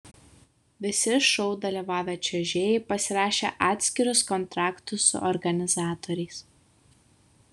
visi šou dalyvavę čiuožėjai pasirašė atskirus kontraktus su organizatoriais